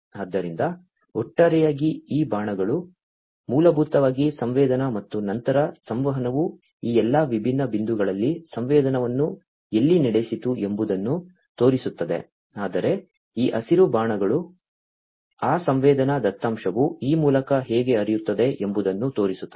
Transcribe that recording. ಆದ್ದರಿಂದ ಒಟ್ಟಾರೆಯಾಗಿ ಈ ಬಾಣಗಳು ಮೂಲಭೂತವಾಗಿ ಸಂವೇದನಾ ಮತ್ತು ನಂತರ ಸಂವಹನವು ಈ ಎಲ್ಲಾ ವಿಭಿನ್ನ ಬಿಂದುಗಳಲ್ಲಿ ಸಂವೇದನವನ್ನು ಎಲ್ಲಿ ನಡೆಸಿತು ಎಂಬುದನ್ನು ತೋರಿಸುತ್ತದೆ ಆದರೆ ಈ ಹಸಿರು ಬಾಣಗಳು ಆ ಸಂವೇದನಾ ದತ್ತಾಂಶವು ಈ ಮೂಲಕ ಹೇಗೆ ಹರಿಯುತ್ತದೆ ಎಂಬುದನ್ನು ತೋರಿಸುತ್ತದೆ